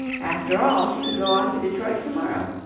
after all, she could go on to detroit tomorrow.